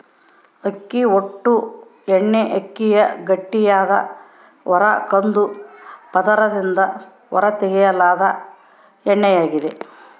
ಅಕ್ಕಿ ಹೊಟ್ಟು ಎಣ್ಣೆಅಕ್ಕಿಯ ಗಟ್ಟಿಯಾದ ಹೊರ ಕಂದು ಪದರದಿಂದ ಹೊರತೆಗೆಯಲಾದ ಎಣ್ಣೆಯಾಗಿದೆ